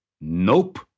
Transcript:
Nope